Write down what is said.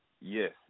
Yes